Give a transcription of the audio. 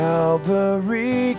Calvary